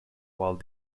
while